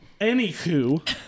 Anywho